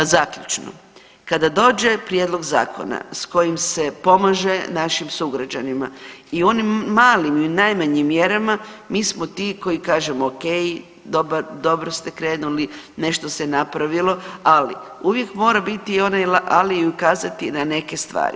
A zaključno, kada dođe prijedlog zakona s kojim se pomaže našim sugrađanima i u onim malim i najmanjim mjerama mi smo ti koji kažemo ok, dobro ste krenuli, nešto se napravilo, ali uvijek mora biti i onaj ali i ukazati na neke stvari.